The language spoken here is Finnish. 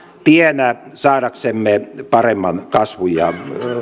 tienä saadaksemme paremman kasvun ja